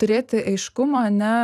turėti aiškumą a ne